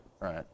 right